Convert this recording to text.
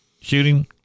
shooting